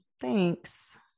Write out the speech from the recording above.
thanks